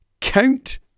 count